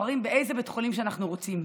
בוחרים באיזה בית חולים שאנחנו רוצים.